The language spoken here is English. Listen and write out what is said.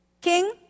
King